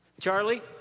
Charlie